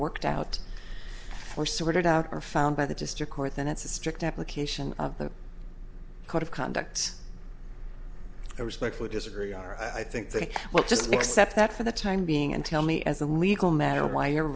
worked out or sorted out or found by the district court then it's a strict application of the code of conduct i respectfully disagree i think they will just accept that for the time being and tell me as a legal matter why